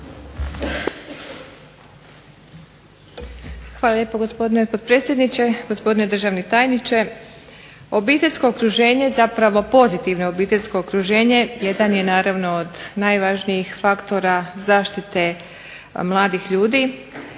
Hvala lijepo gospodine potpredsjedniče, gospodine državni tajniče. Obiteljsko okruženje, zapravo pozitivno obiteljsko okruženje jedan je naravno od najvažnijih faktora zaštite mladih ljudi